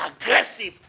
aggressive